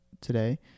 today